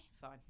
Fine